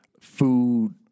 food